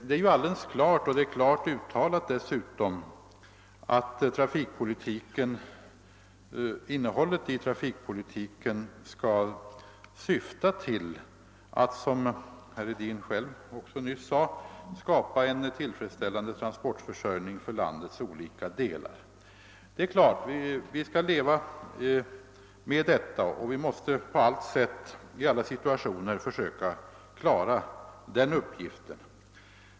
Det är klart uttalat att trafikpolitiken skall syfta till att, som herr Hedin själv nyss sade, skapa en tillfredsställande transportförsörjning för landets olika delar. Vi måste på allt sätt i alla situationer försöka att klara den uppgiften.